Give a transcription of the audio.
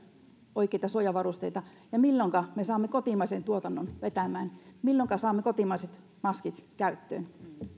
oikeita suojavarusteita ja milloinka me saamme kotimaisen tuotannon vetämään milloinka saamme kotimaiset maskit käyttöön